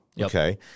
okay